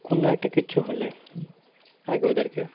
কোনো একটা কিচ্ছু হলে আগে ওদেরকে